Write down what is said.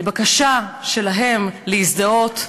לבקשה שלהם להזדהות,